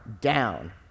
down